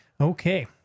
Okay